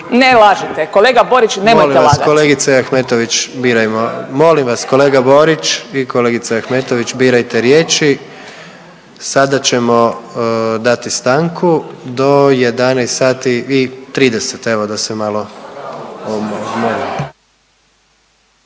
Molim vas kolegice Ahmetović birajmo, molim vas kolega Borić i kolegice Ahmetović birajte riječi. Sada ćemo dati stanku do 11,30